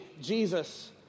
Jesus